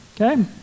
okay